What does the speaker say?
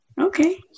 Okay